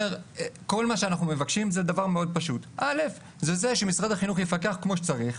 כל מה שאנחנו מבקשים זה דבר מאוד פשוט: שמשרד החינוך יפקח כמו שצריך.